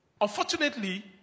Unfortunately